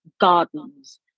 gardens